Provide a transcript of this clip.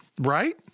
Right